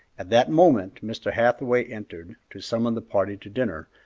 at that moment mr. hathaway entered to summon the party to dinner,